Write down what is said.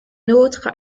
nôtres